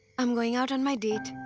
i'm going out on my date.